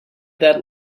that